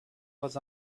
was